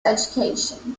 education